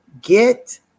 get